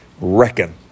reckon